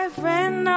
friend